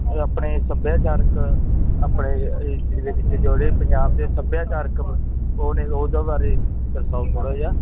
ਅਤੇ ਆਪਣੇ ਸੱਭਿਆਚਾਰਕ ਆਪਣੇ ਹਿਸਟਰੀ ਦੇ ਵਿੱਚ ਜਿਹੜੇ ਪੰਜਾਬ ਦੇ ਸੱਭਿਆਚਾਰਕ ਉਹ ਨੇ ਉਹਦੇ ਬਾਰੇ ਦੱਸੋ ਥੋੜ੍ਹਾ ਜਿਹਾ